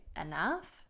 enough